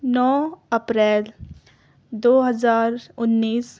نو اپریل دو ہزار انیس